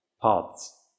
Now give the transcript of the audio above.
paths